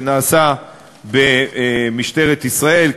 שנעשה במשטרת ישראל,